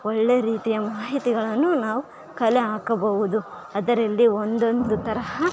ಒಳ್ಳೆಯ ರೀತಿಯ ಮಾಹಿತಿಗಳನ್ನು ನಾವು ಕಲೆ ಹಾಕಬಹುದು ಅದರಿಂದ ಒಂದೊಂದು ತರಹ